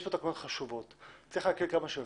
יש כאן תקנות חשובות וצריך להקל עד כמה שאפשר.